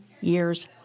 years